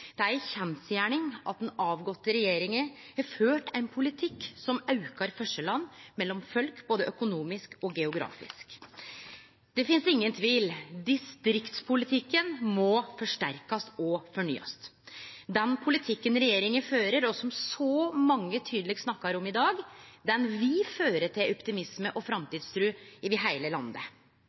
Det er ei kjensgjerning at den avgåtte regjeringa har ført ein politikk som aukar forskjellane mellom folk, både økonomisk og geografisk. Det finst ingen tvil: Distriktspolitikken må forsterkast og fornyast. Den politikken regjeringa fører, og som så mange tydeleg snakkar om i dag, vil føre til optimisme og framtidstru over heile landet.